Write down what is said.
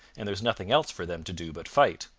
and there was nothing else for them to do but fight,